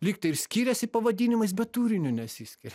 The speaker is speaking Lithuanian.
lyg tai ir skyriasi pavadinimais bet turiniu nesiskiria